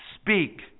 Speak